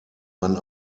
man